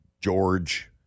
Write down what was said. George